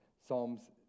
Psalms